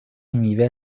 میوه